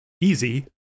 easy